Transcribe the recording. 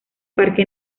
parque